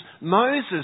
Moses